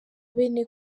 bene